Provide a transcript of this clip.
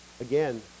Again